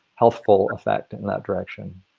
helpful effect in that direction.